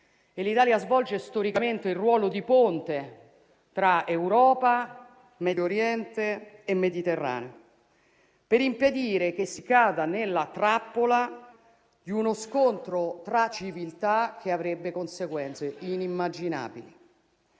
l'Italia svolge storicamente il ruolo di ponte tra Europa, Medio Oriente e Mediterraneo) per impedire che si cada nella trappola di uno scontro tra civiltà che avrebbe conseguenze inimmaginabili.